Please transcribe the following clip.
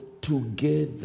together